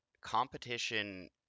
competition